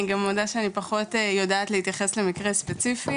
אני גם מודה שאני פחות יודעת להתייחס למקרה ספציפי,